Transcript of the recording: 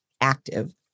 active